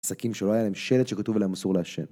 עסקים שלא היה להם שלט שכתוב עליהם אסור לעשן